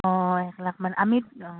অঁ এক লাখমান আমি অঁ